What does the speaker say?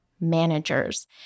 managers